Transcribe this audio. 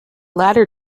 latter